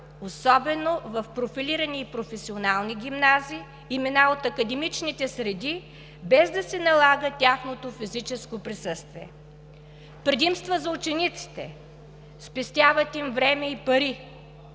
особено в профилирани и професионални гимназии, имена от академичните среди, без да се налага тяхното физическо присъствие. Предимства за учениците. Спестяват им време и пари,